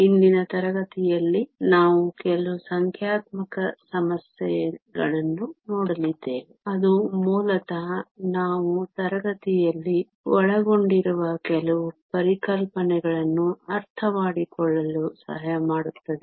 ಇಂದಿನ ತರಗತಿಯಲ್ಲಿ ನಾವು ಕೆಲವು ಸಂಖ್ಯಾತ್ಮಕ ಸಮಸ್ಯೆಗಳನ್ನು ನೋಡಲಿದ್ದೇವೆ ಅದು ಮೂಲತಃ ನಾವು ತರಗತಿಯಲ್ಲಿ ಒಳಗೊಂಡಿರುವ ಕೆಲವು ಪರಿಕಲ್ಪನೆಗಳನ್ನು ಅರ್ಥಮಾಡಿಕೊಳ್ಳಲು ಸಹಾಯ ಮಾಡುತ್ತದೆ